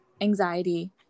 anxiety